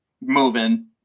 moving